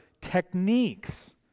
techniques